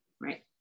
Right